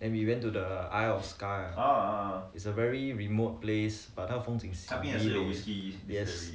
then we went to the isle of skye is a very remote place but 他风景是 yes